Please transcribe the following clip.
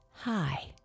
Hi